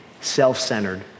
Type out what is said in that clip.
self-centered